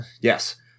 yes